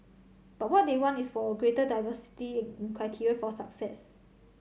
but what they want is for a greater diversity in criteria for success